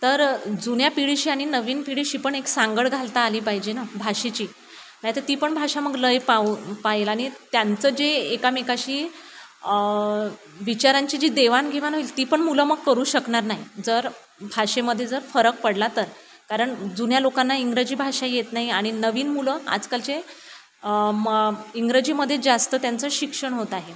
तर जुन्या पिढीशी आणि नवीन पिढीशी पण एक सांगड घालता आली पाहिजे ना भाषेची नाहीतर ती पण भाषा मग लय पाऊ पाहील आणि त्यांचं जे एकामेकांशी विचारांची जी देवाणघेवाण होईल ती पण मुलं मग करू शकणार नाही जर भाषेमध्ये जर फरक पडला तर कारण जुन्या लोकांना इंग्रजी भाषा येत नाही आणि नवीन मुलं आजकालचे म इंग्रजीमध्ये जास्त त्यांचं शिक्षण होत आहे